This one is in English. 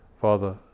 Father